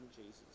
Jesus